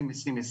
לי.